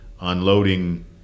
unloading